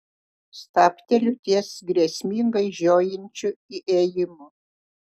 stabteliu ties grėsmingai žiojinčiu įėjimu